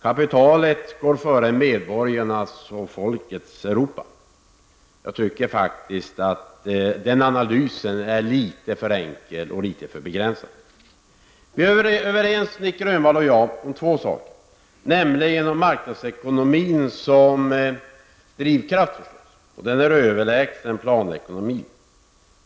Kapitalet går före medborgarnas och folkens Europa. Jag tycker faktiskt att den analysen är litet för enkel och litet för begränsad. Vi är överens, Nic Grönvall och jag, om två saker: Vi ser marknadsekonomin som drivkraft och anser den överlägsen planekonomin.